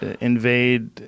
invade